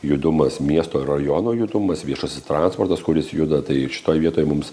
judumas miesto rajono judumas viešasis transportas kuris juda tai šitoj vietoj mums